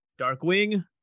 Darkwing